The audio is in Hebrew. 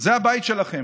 זה הבית שלכם,